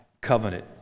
covenant